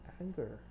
anger